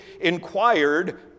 inquired